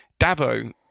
Dabo